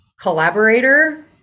collaborator